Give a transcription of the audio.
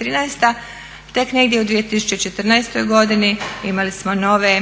2013., tek negdje u 2014. godini imali smo nove,